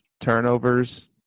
Turnovers